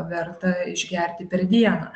verta išgerti per dieną